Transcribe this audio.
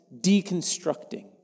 deconstructing